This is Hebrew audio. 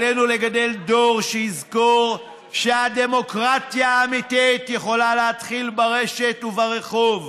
עלינו לגדל דור שיזכור שהדמוקרטיה האמיתית יכולה להתחיל ברשת וברחוב,